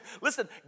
Listen